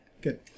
Good